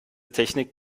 technik